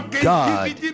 God